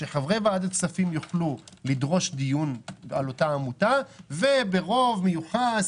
שחברי ועדת הכספים יוכלו לדרוש דיון על אותה עמותה וברוב מיוחס,